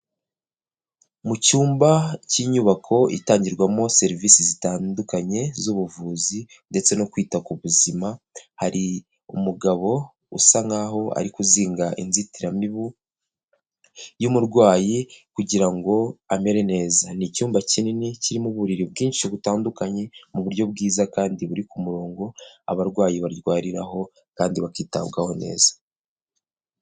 Mu cyumba cy'inyubako itangirwamo serivisi zitandukanye z'ubuvuzi ndetse no kwita ku buzima, hari umugabo usa nkaho ari kuzinga inzitiramibu y'umurwayi kugira ngo amere neza. Ni icyumba kinini kirimo uburiri bwinshi butandukanye mu buryo bwiza kandi buri ku murongo, abarwayi barwariraho kandi bakitabwaho neza.